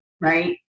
right